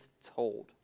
told